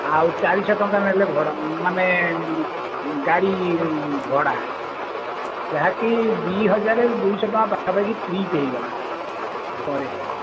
ଆଉ ଚାରିଶହ ଟଙ୍କା ନେଲେ ମାନେ ଗାଡ଼ି ଭଡ଼ା ଯାହାକି ଦୁଇ ହଜାର ଦୁଇ ଶହଟଙ୍କା ପାଖାପାଖି ଟ୍ରିପ ହେଇଗଲା ପରେ